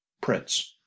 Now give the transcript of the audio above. Prince